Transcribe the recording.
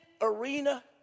arena